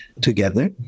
together